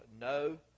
no